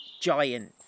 giant